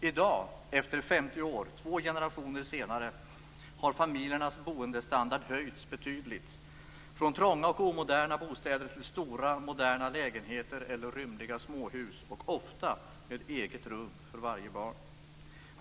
I dag, efter 50 år, två generationer senare, har familjernas boendestandard höjts betydligt, från trånga och omoderna bostäder till stora och moderna lägenheter eller rymliga småhus, ofta med eget rum för varje barn.